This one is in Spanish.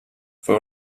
fue